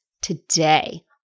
today